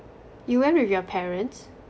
you went with your parents